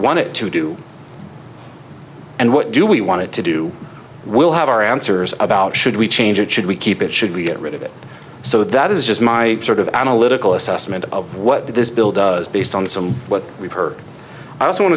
it to do and what do we want it to do we'll have our answers about should we change it should we keep it should we get rid of it so that is just my sort of analytical assessment of what this bill does based on some what we've heard